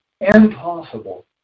Impossible